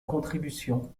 contribution